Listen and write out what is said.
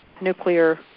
nuclear